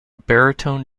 baritone